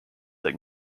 that